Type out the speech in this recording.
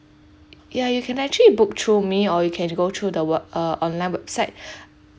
ya you can actually book through me or you can go through the w~ uh online website